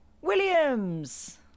Williams